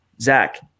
Zach